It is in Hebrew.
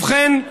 ובכן,